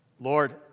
Lord